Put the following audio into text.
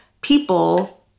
people